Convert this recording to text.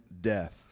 death